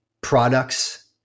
products